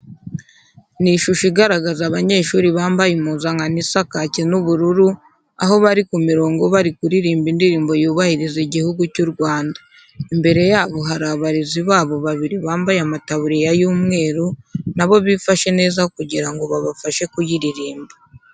Ni ishusho igaragaza abanyeshuri bambaye impuzankano isa kake n'ubururu, aho bari ku mirongo bari kuririmba indirimbo yubahiriza Igihugu cy'u Rwanda. Imbere yabo hari abarezi babo babiri bambaye amataburiya y'umweru, na bo bifashe neza kugira ngo babafashe kuyiririmba.